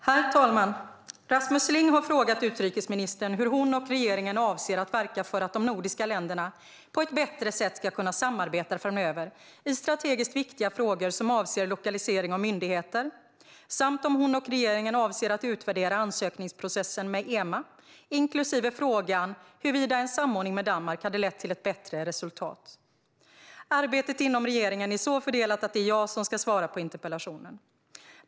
Herr talman! Rasmus Ling har frågat utrikesministern hur hon och regeringen avser att verka för att de nordiska länderna på ett bättre sätt ska kunna samarbeta framöver i strategiskt viktiga frågor som avser lokalisering av myndigheter samt om hon och regeringen avser att utvärdera ansökningsprocessen med EMA, inklusive frågan huruvida en samordning med Danmark hade lett till ett bättre resultat. Arbetet inom regeringen är så fördelat att det är jag som ska svara på interpellationen.